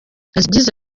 yagize